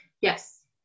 Yes